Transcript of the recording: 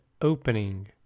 opening